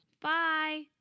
Bye